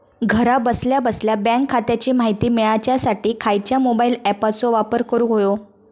घरा बसल्या बसल्या बँक खात्याची माहिती मिळाच्यासाठी खायच्या मोबाईल ॲपाचो वापर करूक होयो?